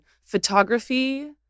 photography